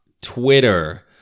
Twitter